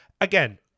Again